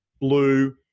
blue